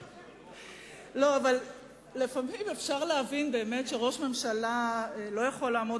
לפעמים אפשר להבין שראש ממשלה לא יכול לעמוד